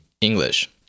English